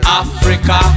africa